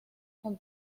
con